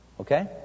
Okay